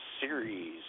series